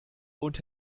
und